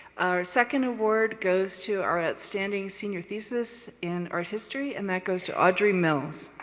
our second award goes to our outstanding senior thesis in art history, and that goes to audrey mills.